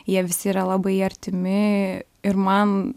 jie visi yra labai artimi ir man